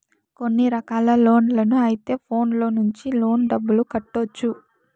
కొన్ని రకాల లోన్లకు అయితే ఫోన్లో నుంచి లోన్ డబ్బులు కట్టొచ్చు